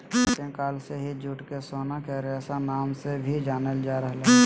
प्राचीन काल से ही जूट के सोना के रेशा नाम से भी जानल जा रहल हय